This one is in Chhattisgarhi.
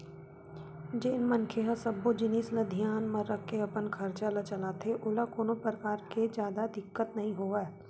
जेन मनखे ह सब्बो जिनिस ल धियान म राखके अपन खरचा ल चलाथे ओला कोनो परकार ले जादा दिक्कत नइ होवय